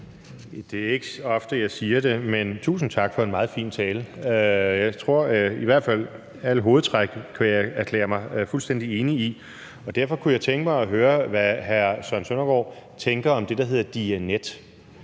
Det er ikke så ofte, jeg siger det, men tusind tak for en meget fin tale. Jeg tror i hvert fald, at jeg kan erklære mig fuldstændig enig i alle hovedtræk. Derfor kunne jeg tænke mig at høre, hvad hr. Søren Søndergaard tænker om det, der hedder Diyanet